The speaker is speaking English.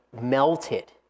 melted